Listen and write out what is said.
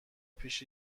پیش